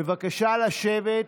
בבקשה לשבת.